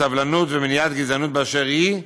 סובלנות ומניעת גזענות באשר היא,